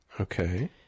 Okay